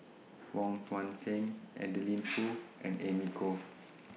Wong Tuang Seng Adeline Foo and Amy Khor